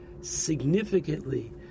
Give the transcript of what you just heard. significantly